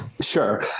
Sure